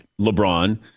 LeBron